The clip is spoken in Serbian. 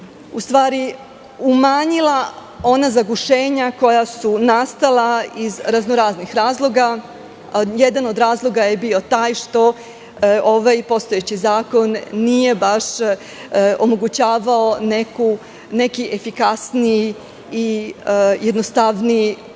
bi se umanjila ona zagušenja koja su nastala iz raznoraznih razloga. Jedan od razloga je bio taj što ovaj postojeći zakon nije baš omogućavao neki efikasniji i jednostavnije